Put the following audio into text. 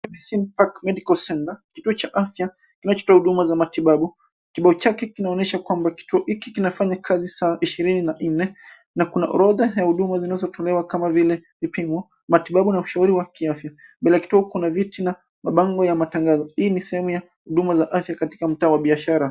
Simpak Medical Center . Kituo cha afya. Kinacho toa huduma za matibabu. Kibao chake kinaonyesha kwamba kituo hiki kinafanya kazi saa 24. Na kuna orodha ya huduma zinazo tolewa kama vile ipimu. Matibabu na ushawari wa kiafya. Bila kituo kuna viti na mabango ya matangazo. Hii ni sehemu ya huduma za afya katika mtawa biashara.